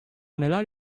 neler